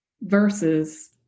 versus